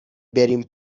بریم